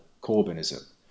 Corbynism